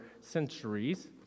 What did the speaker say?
centuries